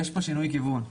שיש פה שינוי כיוון.